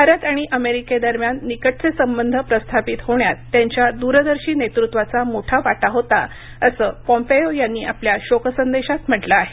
भारत आणि अमेरिकेदरम्यान निकटचे संबंध प्रस्थापित होण्यात त्यांच्या दूरदर्शी नेतृत्वाचा मोठा वाटा होता असं पॉम्पेओ यांनी आपल्या शोकसंदेशात म्हटलं आहे